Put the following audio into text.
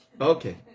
okay